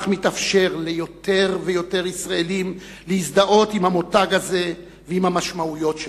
כך מתאפשר ליותר ויותר ישראלים להזדהות עם המותג הזה ועם המשמעויות שלו.